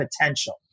potential